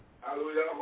Hallelujah